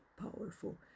powerful